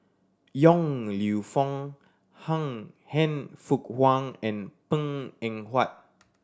Yong Lew Foong Han Fook Kwang and Png Eng Huat